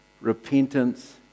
repentance